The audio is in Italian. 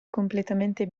completamente